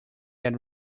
get